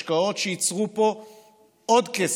השקעות שייצרו פה עוד כסף,